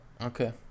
Okay